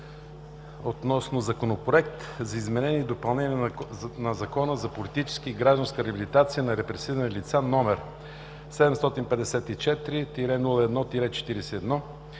обсъди Законопроект за изменение и допълнение на Закона за политическа и гражданска реабилитация на репресирани лица, № 754-01-41,